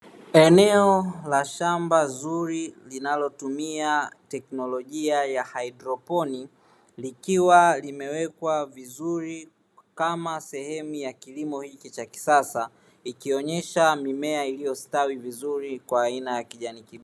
Eneo la shamba zuri linalotumia teknolojia ya haidroponi, likiwa limewekwa vizuri kama sehemu ya kilimo hiki cha kisasa, ikionyesha mimea iliyostawi vizuri kwa aina ya kijani kibichi.